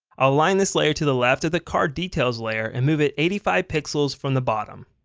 align this layer to the left of the card details layer and move it eighty five pixels from the bottom.